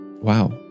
wow